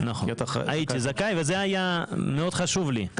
הייתי זכאי, וזה היה מאוד חשוב לי.